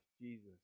Jesus